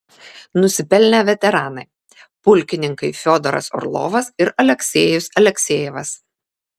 nusipelnę veteranai pulkininkai fiodoras orlovas ir aleksejus aleksejevas